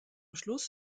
schluss